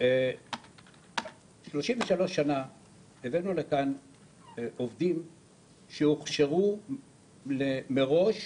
33 שנה הבאנו לכאן עובדים שהוכשרו מראש